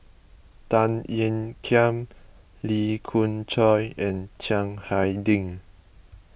Tan Ean Kiam Lee Khoon Choy and Chiang Hai Ding